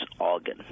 organ